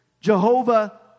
Jehovah